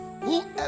whoever